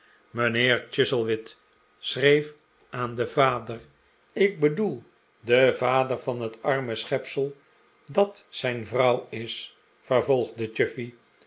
nheer chuzzlewit schreef aan den vader ik bedoel den vader van het arme schepsel dat zijn vrouw is vervolgde